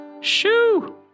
Shoo